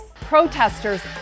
Protesters